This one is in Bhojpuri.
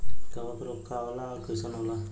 कवक रोग का होला अउर कईसन होला?